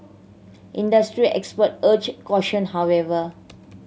industry expert urged caution however